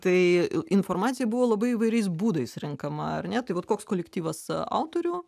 tai informacija buvo labai įvairiais būdais renkama ar ne tai vat koks kolektyvas autorių